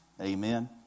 Amen